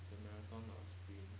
it's a marathon not a sprint